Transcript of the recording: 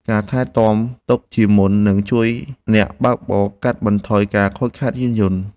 ការថែទាំទុកជាមុន នឹងជួយអ្នកបើកបរកាត់បន្ថយការខូចខាតយានយន្ត។